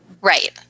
right